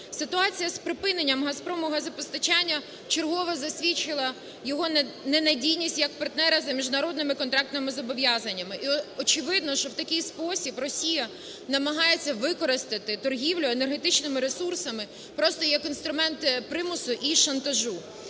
Ситуація з припиненням "Газпрому" газопостачання вчергове засвідчила його ненадійність як партнера за міжнародними контрактними зобов'язаннями. І очевидно, що в такий спосіб Росія намагається використати торгівлю енергетичними ресурсами просто як інструмент примусу і шантажу.